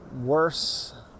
worse